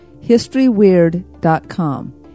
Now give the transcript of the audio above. historyweird.com